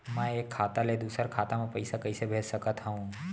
मैं एक खाता ले दूसर खाता मा पइसा कइसे भेज सकत हओं?